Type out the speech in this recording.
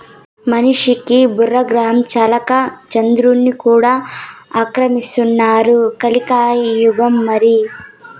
మనిషికి బూగ్రహం చాలక చంద్రుడ్ని కూడా ఆక్రమిస్తున్నారు కలియుగం మరి